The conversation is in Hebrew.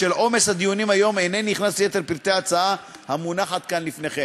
בשל עומס הדיונים היום אינני נכנס ליתר פרטי ההצעה המונחת כאן לפניכם.